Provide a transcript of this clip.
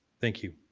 thank you.